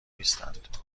نیستند